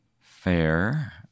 Fair